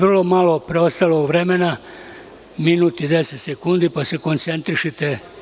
Vrlo malo vam je preostalo vremena, minut i 10 sekundi, pa se koncentrišite.